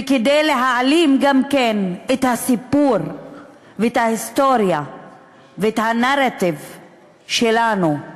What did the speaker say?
וכדי להעלים גם את הסיפור ואת ההיסטוריה ואת הנרטיב שלנו,